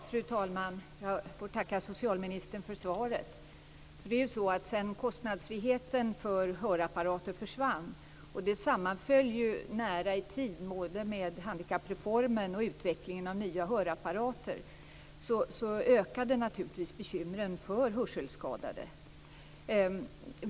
Fru talman! Jag får tacka socialministern för svaret. Sedan kostnadsfriheten för hörapparater försvann, vilket sammanföll nära i tid med både handikappreformen och utvecklingen av nya hörapparater, ökade naturligtvis bekymren för hörselskadade.